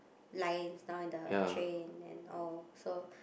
lines now in the train and all so